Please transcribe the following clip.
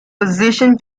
position